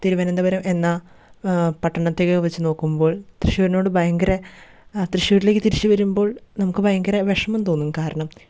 തിരുവനന്തപുരം എന്ന പട്ടണത്തെയൊ വെച്ച് നോക്കുമ്പോൾ ഭയങ്കര അ തൃശ്ശൂരിലേക്ക് തിരിച്ച് വരുമ്പോൾ നമുക്ക് ഭയങ്കര വിഷമം തോന്നും കാരണം